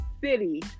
city